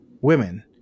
women